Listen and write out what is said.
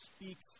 speaks